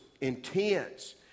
intense